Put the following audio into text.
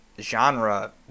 genre